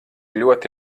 ļoti